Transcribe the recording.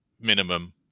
minimum